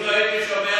אילו הייתי שומע